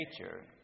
nature